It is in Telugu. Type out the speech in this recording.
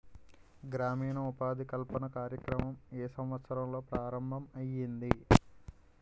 గ్రామీణ ఉపాధి కల్పన కార్యక్రమం ఏ సంవత్సరంలో ప్రారంభం ఐయ్యింది?